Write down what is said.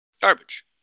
Garbage